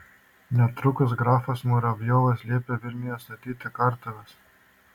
netrukus grafas muravjovas liepė vilniuje statyti kartuves